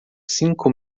cinco